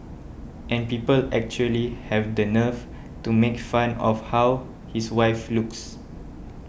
and people actually have the nerve to make fun of how his wife looks